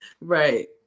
Right